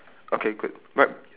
okay good right